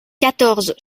quatorze